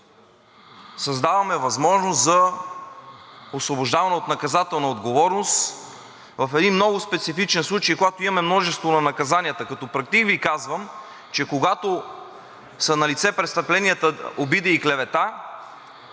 създаваме възможност за освобождаване от наказателна отговорност в един много специфичен случай, когато имаме множество на наказанията. Като практик Ви казвам, че когато са налице престъпленията обида и клевета,